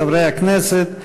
חברי הכנסת,